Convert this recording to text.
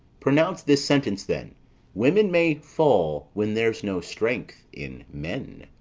pronounce this sentence then women may fall when there's no strength in men.